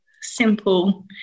simple